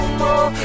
more